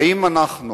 האם אנחנו